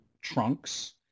trunks